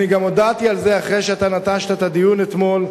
אני גם הודעתי על זה אחרי שאתה נטשת את הדיון אתמול,